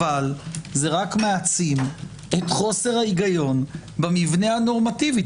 אבל זה רק מעצים את חוסר ההיגיון במבנה הנורמטיבי.